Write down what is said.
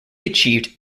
achieved